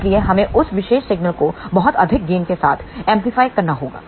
इसलिए हमें उस विशेष सिग्नल को बहुत अधिक गेन के साथ एंपलीफाय करना होगा